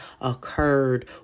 occurred